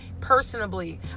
personably